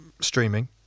streaming